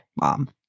mom